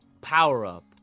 power-up